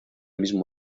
mismo